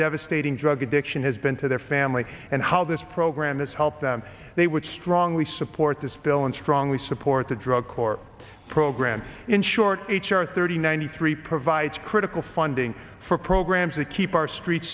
devastating drug addiction has been to their family and how this program has helped them they would strongly support this bill and strongly support the drug corps program in short h r thirty nine three provides critical funding for programs that keep our streets